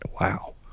wow